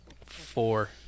Four